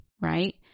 right